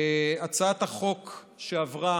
הצעת החוק שעברה